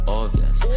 obvious